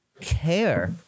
care